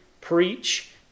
preach